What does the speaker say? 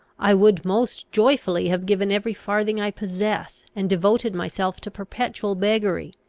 i would most joyfully have given every farthing i possess, and devoted myself to perpetual beggary,